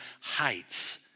heights